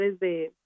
de